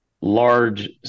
large